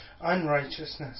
unrighteousness